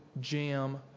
jam